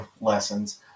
lessons